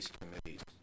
Committees